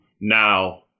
Now